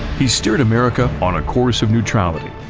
he steered america on a course of neutrality,